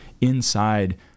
inside